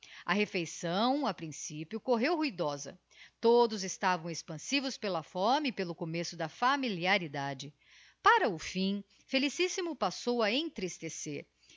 a refeição a principio correu ruidosa todos estavam expansios pela fome e pelo começo da familiaridade para o fim felicíssimo passou a entristecer